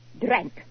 Drank